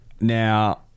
Now